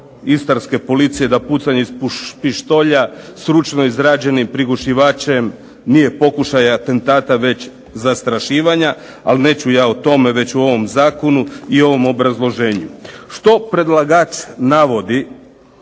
istarske policije da pucanj iz pištolja stručno izrađenim prigušivačem nije pokušaj atentata, već zastrašivanja. Ali neću ja o tome, već ću o ovom zakonu i ovom obrazloženju. Što predlagač navodi?